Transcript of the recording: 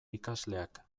ikasleak